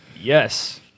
Yes